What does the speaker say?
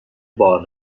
بار